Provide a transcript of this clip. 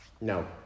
No